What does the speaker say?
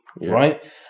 Right